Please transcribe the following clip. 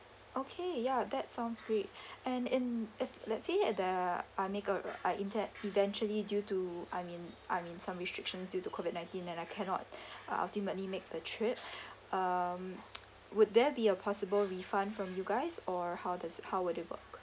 okay ya that sounds great and in if let's say at the I make a I intend eventually due to I mean I mean some restrictions due to COVID nineteen that I cannot ultimately make the trip um would there be a possible refund from you guys or how does it how would it work